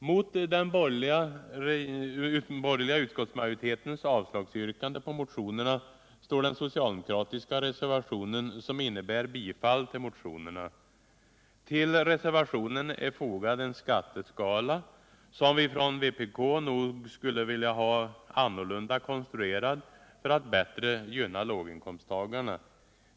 Mot den borgerliga utskottsmajoritetens avslagsyrkande på motionerna står den socialdemokratiska reservationen, som innebär tillstyrkan av bifall till motionerna. Till reservationen är fogad en skatteskala som vi från vpk nog skulle vilja ha annorlunda konstruerad för att bättre gynna låginkomsttagarna.